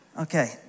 Okay